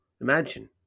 Imagine